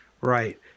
right